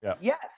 Yes